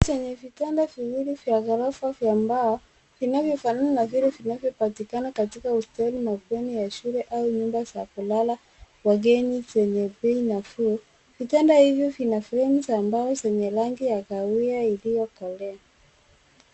Chumba chenye vitanda viwili vya ghorofa vya mbao vinavyofanana na vile vinavyopatikana katika hosteli, mabweni ya shule au nyumba za kulala wageni zenye bei nafuu. Vitanda hivyo vina fremu za mbao zenye rangi ya kahawia iliyokolea.